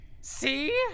See